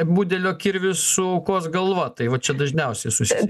budelio kirvis su aukos galva tai va čia dažniausiai susis